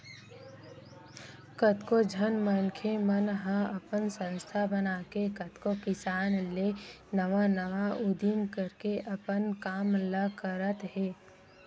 कतको झन मनखे मन ह अपन संस्था बनाके कतको किसम ले नवा नवा उदीम करके अपन काम ल करत हे